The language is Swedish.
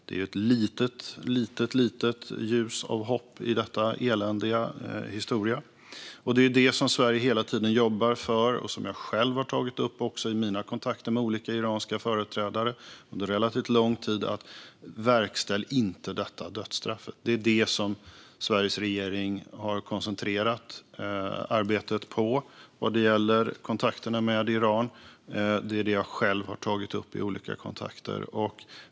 Det är ett litet, litet ljus av hopp i denna eländiga historia. Det som Sverige hela tiden jobbar för, och som jag själv också har tagit upp i mina kontakter med olika iranska företrädare under relativt lång tid, är att detta dödsstraff inte ska verkställas. Det är det som Sveriges regering har koncentrerat arbetet på vad gäller kontakterna med Iran. Det är också det som jag själv har tagit upp i olika kontakter.